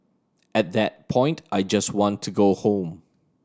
at that point I just want to go home